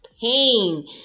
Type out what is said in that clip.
pain